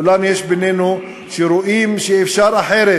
אולם יש בינינו שרואים שאפשר אחרת.